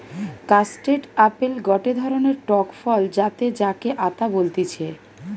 custard apple গটে ধরণের টক ফল যাতে যাকে আতা বলতিছে